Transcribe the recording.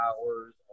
hours